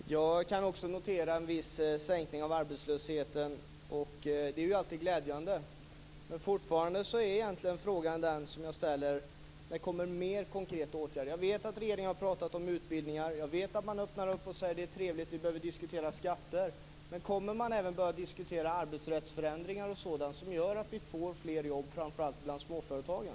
Fru talman! Också jag kan notera en viss sänkning av arbetslösheten, och det är ju alltid glädjande. Men fortfarande är frågan: När kommer det mer konkreta åtgärder? Jag vet att regeringen har talat om utbildningar och att man öppnar för att diskutera skatter. Men kommer man även att börja diskutera arbetsrättsförändringar och sådant som gör att det blir fler jobb, framför allt bland småföretagen?